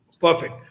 Perfect